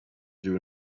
drew